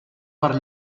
per